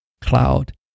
cloud